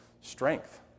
strength